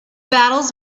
battles